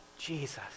Jesus